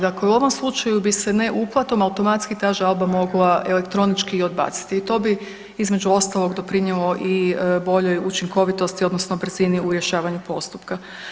Dakle, u ovom slučaju bi se ne uplatom automatski ta žalba mogla elektronički i odbaciti i to bi između ostalog doprinijelo i boljoj učinkovitosti odnosno brzi u rješavanju postupka.